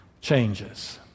changes